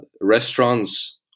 restaurants